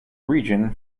region